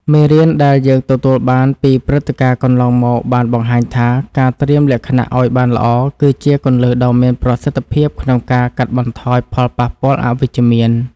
មេរៀនដែលយើងទទួលបានពីព្រឹត្តិការណ៍កន្លងមកបានបង្ហាញថា ការត្រៀមលក្ខណៈឱ្យបានល្អ គឺជាគន្លឹះដ៏មានប្រសិទ្ធភាពក្នុងការកាត់បន្ថយផលប៉ះពាល់អវិជ្ជមាន។